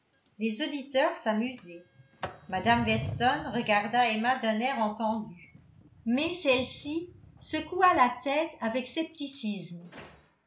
les auditeurs s'amusaient mme weston regarda emma d'un air entendu mais celle-ci secoua la tête avec scepticisme